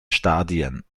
stadien